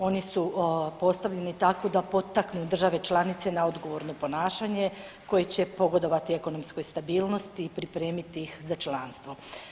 Oni su postavljeni tako da potaknu države članice na odgovorno ponašanje koje će pogodovati ekonomskoj stabilnosti i pripremiti ih za članstvo.